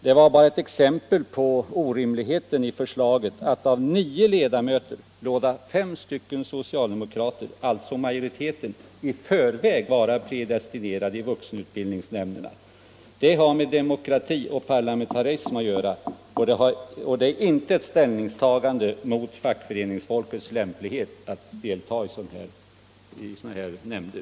Det var bara fråga om ett exempel på orimligheten i förslaget att av nio ledamöter låta fem stycken socialdemokrater, alltså majoriteten, vara predestinerade som ledamöter i vuxenutbildningsnämnderna. Detta har med demokrati och parlamentarism att göra och är inte ett ställningstagande mot fackföreningsfolkets lämplighet att delta i sådana nämnder.